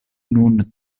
nun